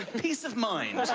peace of mind.